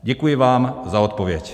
Děkuji vám za odpověď.